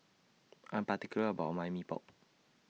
I'm particular about My Mee Pok